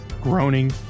groaning